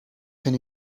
can